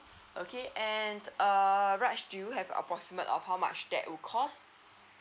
okay and err raj do have approximate of how much that will cost